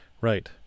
right